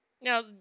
Now